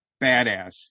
badass